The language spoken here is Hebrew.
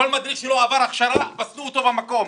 כל מדריך שלא עבר הכשרה פסלו אותו במקום.